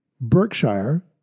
Berkshire